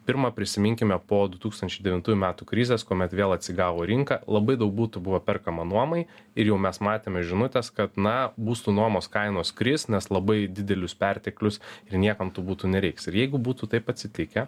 pirma prisiminkime po du tūkstančiai devintųjų metų krizės kuomet vėl atsigavo rinka labai daug butų buvo perkama nuomai ir jau mes matėme žinutes kad na būstų nuomos kainos kris nes labai didelius perteklius ir niekam tų butų nereiks ir jeigu būtų taip atsitikę